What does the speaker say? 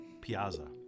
piazza